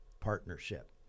partnership